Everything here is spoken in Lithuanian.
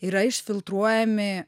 yra išfiltruojami